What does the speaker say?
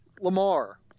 Lamar